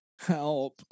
help